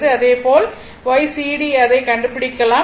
இதேபோல் Ycd அதை கண்டுபிடிக்கலாம்